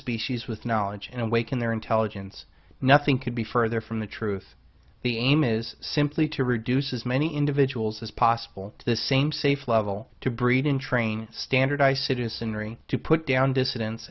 species with knowledge and awaken their intelligence nothing could be further from the truth the aim is simply to reduce as many individuals as possible to the same safe level to breed in train standardised citizenry to put down dissidents